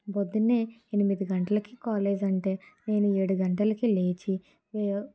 పొద్దునే ఎనిమిది గంటలకి కాలేజ్ అంటే నేను ఏడు గంటలకి లేచి